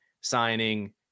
signing